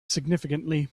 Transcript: significantly